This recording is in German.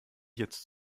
jetzt